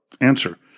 Answer